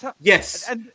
Yes